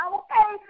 okay